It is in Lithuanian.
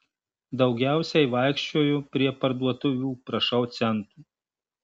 daugiausiai vaikščioju prie parduotuvių prašau centų